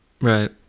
right